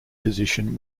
position